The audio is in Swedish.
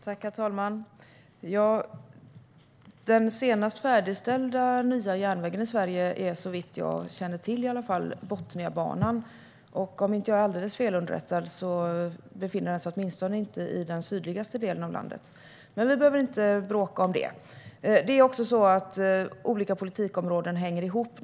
Herr talman! Den senast färdigställda nya järnvägen i Sverige är såvitt jag känner till Botniabanan, och om jag inte är alldeles felunderrättad befinner den sig åtminstone inte i den sydligaste delen av landet. Men vi behöver inte bråka om det. Det är också så att olika politikområden hänger ihop.